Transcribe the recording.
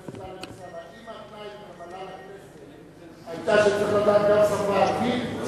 אם תנאי הקבלה לכנסת היה שצריך לדעת גם את השפה הערבית,